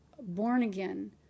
born-again